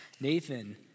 Nathan